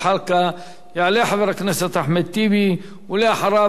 יעלה חבר הכנסת אחמד טיבי, ואחריו, חבר הכנסת